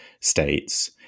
states